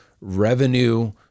revenue